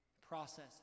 process